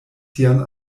sian